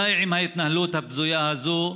די עם ההתנהלות הבזויה הזאת.